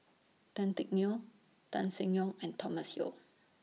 Tan Teck Neo Tan Seng Yong and Thomas Yeo